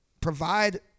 provide